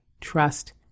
trust